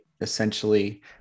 essentially